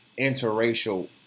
interracial